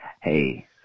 Hey